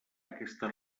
aquesta